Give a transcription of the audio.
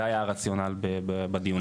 זה היה הרציונל בדיון.